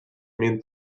mint